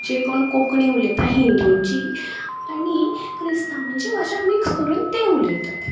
जे कोण कोंकणी उलयता हिंदूची आनी क्रिस्तावांची भाशा मिक्स करून ते उलयतात